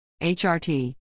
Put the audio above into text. HRT